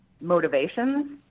motivations